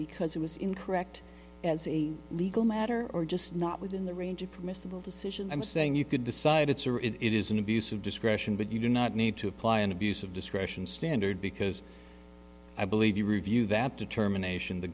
because it was incorrect as a legal matter or just not within the range of permissible decision i'm saying you could decide it's or it is an abuse of discretion but you do not need to apply an abuse of discretion standard because i believe you review that determination the